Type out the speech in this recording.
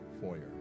foyer